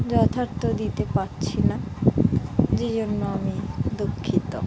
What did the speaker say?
যথার্থ দিতে পারছি না যে জন্য আমি দুঃখিত